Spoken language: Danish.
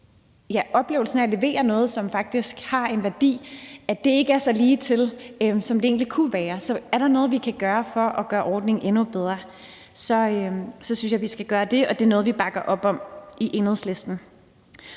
have oplevelsen af at levere noget, som faktisk har en værdi, ikke er så ligetil, som det egentlig kunne være. Så er der noget, vi kan gøre for at gøre ordningen endnu bedre, så synes jeg, vi skal gøre det, og det er noget, vi bakker op om i Enhedslisten.